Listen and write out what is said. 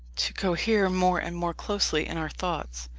to cohere more and more closely in our thoughts.